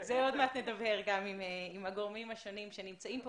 על זה עוד מעט נדבר עם הגורמים השונים שנמצאים כאן